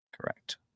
Correct